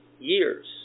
years